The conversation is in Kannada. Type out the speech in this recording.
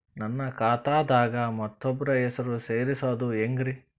ನನ್ನ ಖಾತಾ ದಾಗ ಮತ್ತೋಬ್ರ ಹೆಸರು ಸೆರಸದು ಹೆಂಗ್ರಿ?